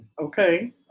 okay